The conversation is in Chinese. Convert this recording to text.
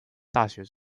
大学